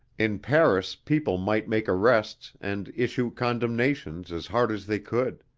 in paris people might make arrests and issue condemnations as hard as they could.